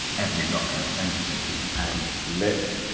every locker ventilated and lit,